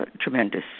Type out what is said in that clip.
tremendous